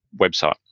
website